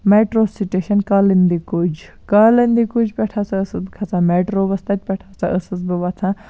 metro station Kalindi Kunj Kalindi Kunj پٮ۪ٹھ ہسا ٲسٕس بہٕ کھسان میٹرووَس تَتہِ پٮ۪ٹھ تَتہِ پٮ۪ٹھ ہسا ٲسٕس بہٕ وَسان